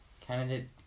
candidate